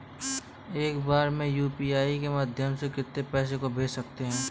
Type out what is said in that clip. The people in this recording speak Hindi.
एक बार में यू.पी.आई के माध्यम से कितने पैसे को भेज सकते हैं?